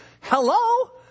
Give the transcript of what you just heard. hello